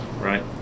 right